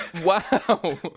wow